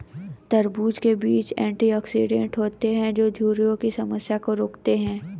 तरबूज़ के बीज एंटीऑक्सीडेंट होते है जो झुर्रियों की समस्या को रोकते है